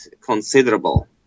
considerable